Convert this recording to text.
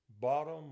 bottom